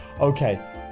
okay